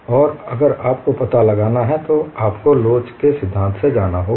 और अगर आपको पता लगाना है तो आपको लोच के सिद्धांत से जाना होगा